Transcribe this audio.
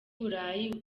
burayi